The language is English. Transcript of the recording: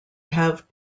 have